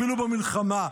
אפילו במלחמה.